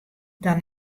dan